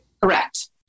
Correct